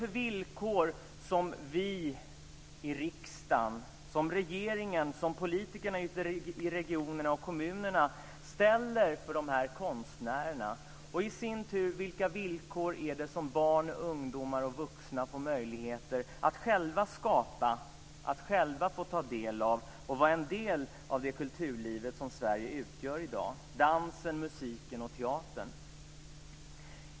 Vilka villkor ställer vi i riksdagen, regeringen, politikerna i regionerna och kommunerna när det gäller dessa konstnärer? Och vilka villkor är det i sin tur som barn, ungdomar och vuxna får möjligheter att själva skapa, att själva få ta del av och vara en del av det kulturliv som Sverige utgör i dag - dansen, musiken och teatern?